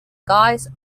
guise